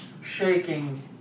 shaking